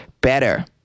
better